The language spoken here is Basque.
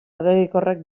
abegikorrak